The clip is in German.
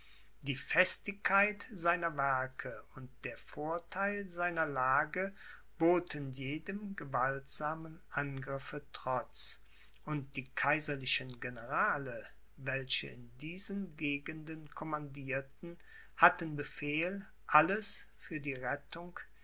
die festigkeit seiner werke und der vortheil seiner lage boten jedem gewaltsamen angriffe trotz und die kaiserlichen generale welche in diesen gegenden commandierten hatten befehl alles für die rettung